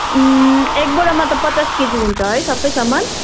एक बोरामा त पचास केजी हुन्छ है सबै सामान